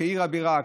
כעיר הבירה,